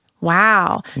Wow